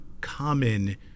common